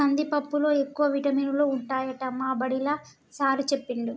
కందిపప్పులో ఎక్కువ విటమినులు ఉంటాయట మా బడిలా సారూ చెప్పిండు